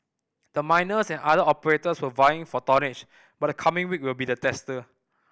the miners and other operators were vying for tonnage but the coming week will be the tester